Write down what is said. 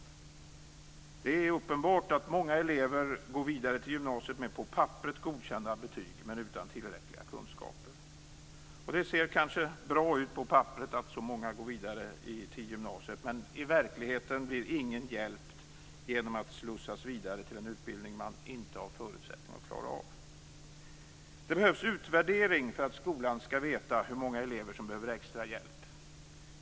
Det är uppenbart att många elever går vidare till gymnasiet med på papperet godkända betyg men utan tillräckliga kunskaper. Det ser kanske bra ut på papperet att så många går vidare till gymnasiet, men i verkligheten blir ingen elev hjälpt av att slussas vidare till en utbildning som den inte har förutsättningar att klara av. Det behövs en utvärdering för att skolan skall veta hur många elever som behöver extra hjälp.